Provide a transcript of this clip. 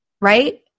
right